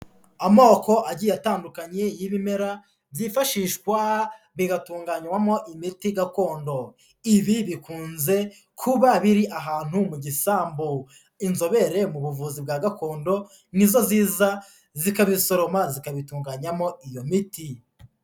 Amoko agiye atandukanye y'ibimera byifashishwa bigatunganywamo imiti gakondo. Ibi bikunze kuba biri ahantu mu gisambu, inzobere mu buvuzi bwa gakondo ni zo ziza zikabisoroma zikabitunganyamo iyo miti.